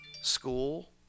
school